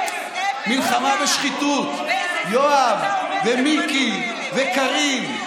חוצפן, אפס, מלחמה בשחיתות, יואב ומיקי וקארין.